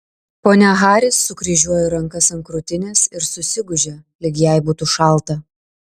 ponia haris sukryžiuoja rankas ant krūtinės ir susigūžia lyg jai būtų šalta